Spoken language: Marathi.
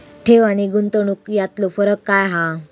ठेव आनी गुंतवणूक यातलो फरक काय हा?